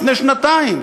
לפני שנתיים,